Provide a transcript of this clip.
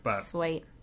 Sweet